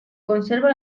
conserva